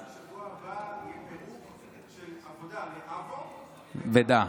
בשבוע הבא יהיה פירוק של "עבודה" ל"עבו" ו"דה".